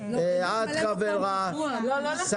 לא אושרה.